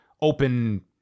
open